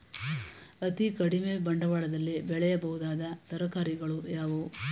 ಅತೀ ಕಡಿಮೆ ಬಂಡವಾಳದಲ್ಲಿ ಬೆಳೆಯಬಹುದಾದ ತರಕಾರಿಗಳು ಯಾವುವು?